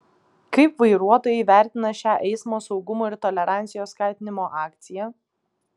kaip vairuotojai vertina šią eismo saugumo ir tolerancijos skatinimo akciją